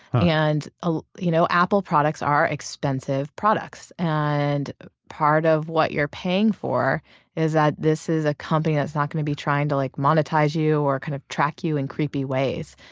and ah you know apple products are expensive products and part of what you're paying for is that this is a company that's not gonna be trying to like monetize you or kind of track you in creepy ways.